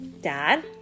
Dad